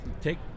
Take